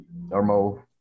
normal